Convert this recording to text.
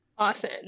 Awesome